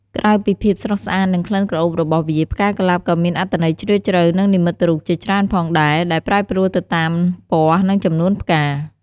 ក្រៅពីភាពស្រស់ស្អាត និងក្លិនក្រអូបរបស់វា ផ្កាកុលាបក៏មានអត្ថន័យជ្រាលជ្រៅ និងនិមិត្តរូបជាច្រើនផងដែរ ដែលប្រែប្រួលទៅតាមពណ៌ និងចំនួនផ្កា។